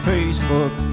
Facebook